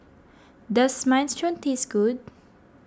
does Minestrone taste good